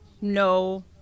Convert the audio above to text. no